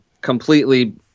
completely